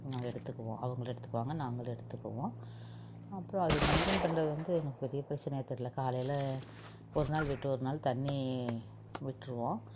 நாங்கள் எடுத்துக்குவோம் அவங்களும் எடுத்துக்குவாங்க நாங்களும் எடுத்துக்குவோம் அப்புறம் அது மெயின்டென் பண்ணுறது வந்து எனக்கு பெரிய பிரச்சனையாக தெரில காலையில் ஒரு நாள் விட்டு ஒரு நாள் தண்ணீர் விட்டுருவோம்